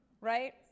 Right